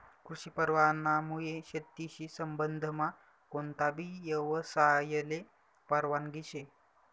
कृषी परवानामुये शेतीशी संबंधमा कोणताबी यवसायले परवानगी शे